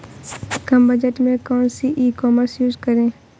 कम budget में कौन सी ई कॉमर्स यूज़ करें?